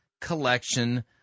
collection